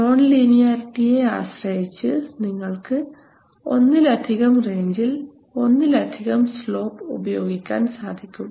non ലീനിയാരിറ്റിയെ ആശ്രയിച്ച് നിങ്ങൾക്ക് ഒന്നിലധികം റേഞ്ചിൽ ഒന്നിലധികം സ്ലോപ് ഉപയോഗിക്കാൻ സാധിക്കും